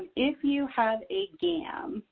if you have a gam,